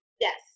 Yes